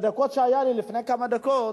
בדקות שהיו לי לפני כמה דקות,